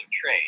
trade